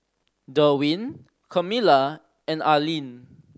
Derwin Camila and Arlene